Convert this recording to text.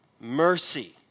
mercy